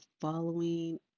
following